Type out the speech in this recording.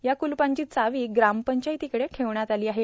या कूलपांची चावी ग्रामपंचायतीकडं ठेवण्यात आलो आहे